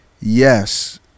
yes